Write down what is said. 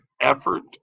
effort